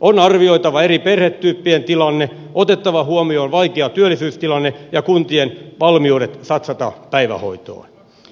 on arvioitava eri perhetyyppien tilanne otettava huomioon vaikea työllisyystilanne ja kuntien valmiudet satsata päivähoitoon